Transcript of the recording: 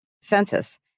census